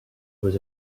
was